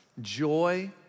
joy